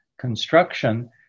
construction